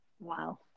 Wow